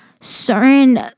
certain